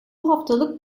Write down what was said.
haftalık